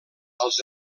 als